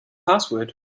password